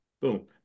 Boom